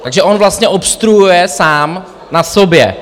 Takže on vlastně obstruuje sám na sobě.